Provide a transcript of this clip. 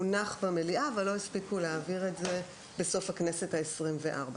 הונח במליאה אבל לא הספיקו להעביר את זה בסוף הכנסת ה-24.